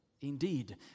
Indeed